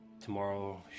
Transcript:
tomorrow